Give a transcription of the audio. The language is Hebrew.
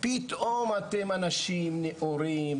פתאום אתם אנשים נאורים,